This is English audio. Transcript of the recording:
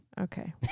Okay